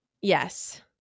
Yes